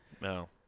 No